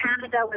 Canada